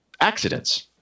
accidents